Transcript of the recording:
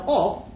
off